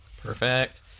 Perfect